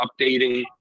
updating